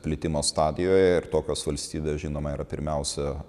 plitimo stadijoje ir tokios valstybės žinoma yra pirmiausia